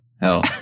hell